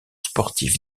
sportif